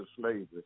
slavery